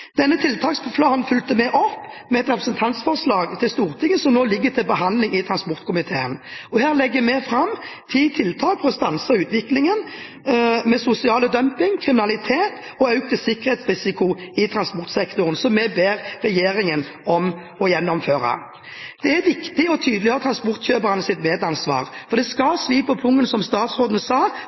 Denne tiltaksplanen fulgte vi opp med et representantforslag som ligger til behandling i transportkomiteen. Her legger vi fram ti tiltak for å stanse utviklingen med sosial dumping, kriminalitet og økt sikkerhetsrisiko i transportsektoren, som vi ber regjeringen gjennomføre. Det er viktig å tydeliggjøre transportkjøpernes medansvar. Det skal svi på pungen, som statsråden sa,